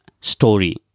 story